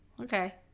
okay